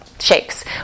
shakes